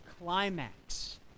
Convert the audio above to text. climax